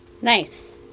Nice